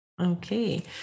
Okay